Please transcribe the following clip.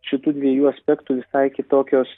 šitų dviejų aspektų visai kitokios